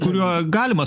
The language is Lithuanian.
kuriuo galima